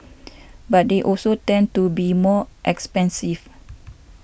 but they also tend to be more expensive